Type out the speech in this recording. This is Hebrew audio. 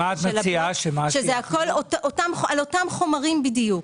על אותם חומרים בדיוק.